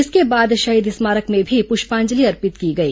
इसके बाद शहीद स्मारक में भी पुष्पांजलि अर्पित की गई